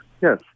Yes